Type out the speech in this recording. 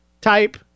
type